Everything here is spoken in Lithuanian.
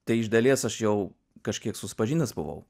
tai iš dalies aš jau kažkiek susipažinęs buvau